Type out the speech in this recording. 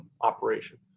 operation